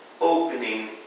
opening